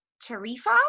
Tarifa